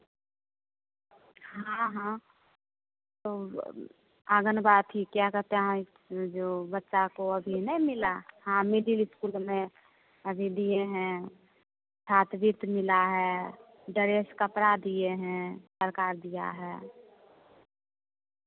हाँ हाँ तो आँगनवाड़ी क्या कहते हैं जो बच्चा को अभी नहीं मिला हाँ मिडिल इस्कूल में अभी दिए हैं छातबित्त मिला है डरेस कपड़ा दिए है सरकार दिया है